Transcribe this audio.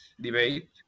debate